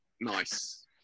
nice